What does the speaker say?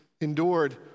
endured